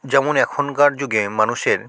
যেমন এখনকার যুগে মানুষের